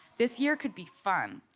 this year could be fun.